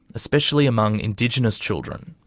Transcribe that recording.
especially among indigenous children.